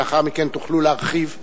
לאחר מכן תוכלו להרחיב.